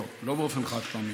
לא, לא באופן חד-פעמי.